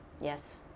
Yes